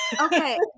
Okay